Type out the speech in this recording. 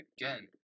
again